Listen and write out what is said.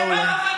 זהו, מצוין.